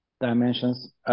dimensions